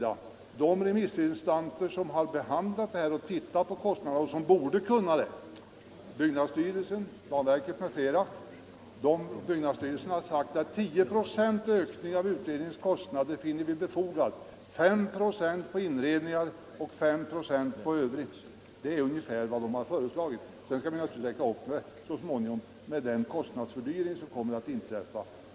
Av de remissinstanser som har behandlat ärendet och tittat på kostnaderna och som borde kunna bedöma frågan — byggnadsstyrelsen, planverket m.fl. — finner byggnadsstyrelsen att tio procents ökning av de av utredningen beräknade kostnaderna är befogad. Fem procent på inredningar och fem procent på övrigt är ungefär vad byggnadsstyrelsen har föreslagit. Sedan måste vi naturligtvis räkna med de kostnadsfördyringar som kommer att inträffa.